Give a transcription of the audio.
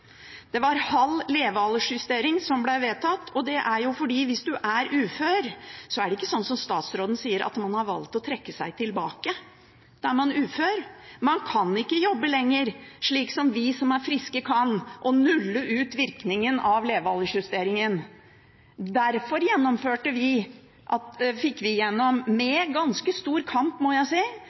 Det var halv levealdersjustering som ble vedtatt, for hvis man er ufør, er det ikke sånn som statsråden sier, at man har valgt å trekke seg tilbake – da er man ufør. Man kan ikke jobbe lenger, slik som vi som er friske, kan, og nulle ut virkningen av levealdersjusteringen. Derfor fikk vi dette gjennom, med ganske stor kamp, må jeg si.